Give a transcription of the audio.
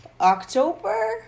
October